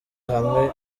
hamwe